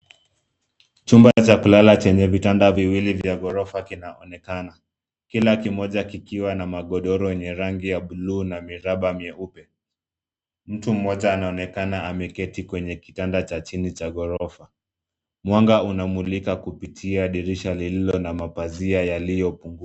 Chumba cha kulala chenye vitanda viwili vya ghorofa kinaonekana. Kila kimoja kikiwa na magodoro yenye rangi ya bluu na miraba yeupe. Mtu mmoja anaonekana ameketi kwenye kitanda cha chini cha ghorofa. Mwanga unamlika kupitia dirisha lililo na mapazia yaliyofunguliwa.